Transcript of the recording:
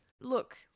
look